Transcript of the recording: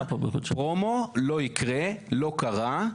פרומו לא יקרה, לא קרה.